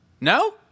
No